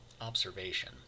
observation